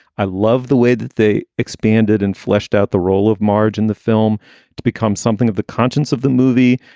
i love the way that they expanded and fleshed out the role of marge in the film to become something of the conscience of the movie.